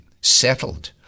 settled